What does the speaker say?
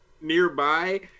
nearby